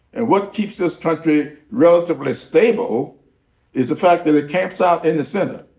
and what keeps this country relatively stable is the fact that it camps out in the center